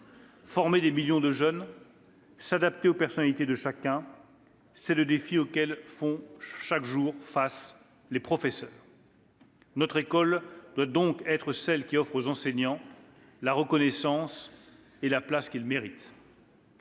Former des millions de jeunes et s'adapter aux personnalités de chacun, c'est le défi auquel font face, chaque jour, les professeurs. Notre école doit donc être celle qui offre aux enseignants la reconnaissance et la place qu'ils méritent.